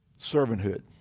servanthood